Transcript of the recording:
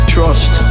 Trust